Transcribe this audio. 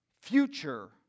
future